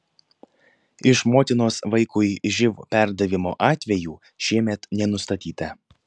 iš motinos vaikui živ perdavimo atvejų šiemet nenustatyta